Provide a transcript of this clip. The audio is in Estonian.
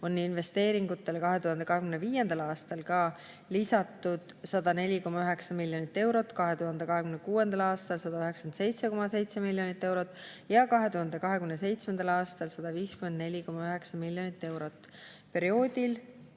on investeeringutele 2025. aastal lisatud 104,9 miljonit eurot, 2026. aastal 197,7 miljonit eurot ja 2027. aastal 154,9 miljonit eurot. Perioodil